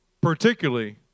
particularly